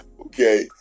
Okay